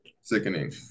sickening